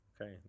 Okay